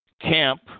camp